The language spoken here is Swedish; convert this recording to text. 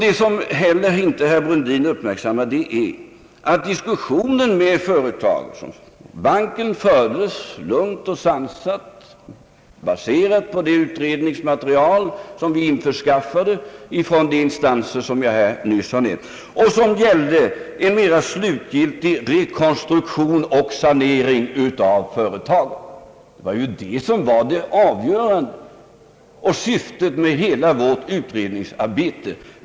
Det som herr Brundin inte heller har uppmärksammat är att diskussionen med företaget och banken, som fördes lungt och sansat, baserades på det ut redningsmaterial som vi införskaffade från de instanser som jag här nyss har nämnt och som gällde en mera slutgiltig rekonstruktion och sanering av företaget. Det var ju det som var det avgörande och syftet med hela vårt utredningsarbete.